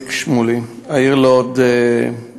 איציק שמולי, העיר לוד, אמרתי,